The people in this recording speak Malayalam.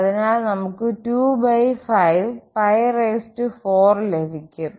അതിനാൽ നമുക് 2 54 ലഭിക്കും